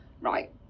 Right